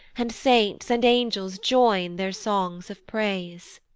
and saints and angels join their songs of praise.